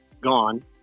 gone